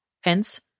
Hence